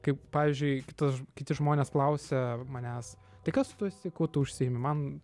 kaip pavyzdžiui kitas kiti žmonės klausia manęs tai kas tu esi kuo užsiimti man